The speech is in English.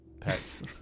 pets